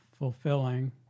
fulfilling